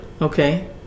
Okay